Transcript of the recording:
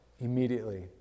immediately